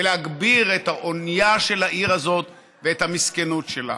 ולהגביר את עונייה של העיר הזאת ואת המסכנות שלה.